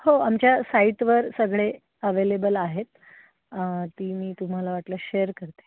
हो आमच्या साईटवर सगळे अवेलेबल आहेत ती मी तुम्हाला वाटलं शेअर करते